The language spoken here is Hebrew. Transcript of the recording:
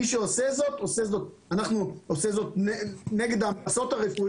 מי שעושה זאת, עושה זאת נגד ההמלצות הרפואיות.